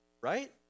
Right